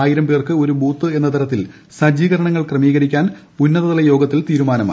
ആയിരം പേർക്ക് ഒരു ബൂത്ത് എന്ന തരത്തിൽ സജ്ജീകരണങ്ങൾ ക്രമീകരിക്കാൻ ഉന്നത തല യോഗത്തിൽ തീരുമാനമായി